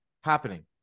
happening